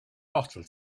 bottle